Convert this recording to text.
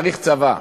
צריך צבא"